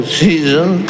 season